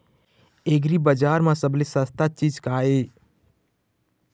एग्रीबजार म सबले सस्ता चीज का ये?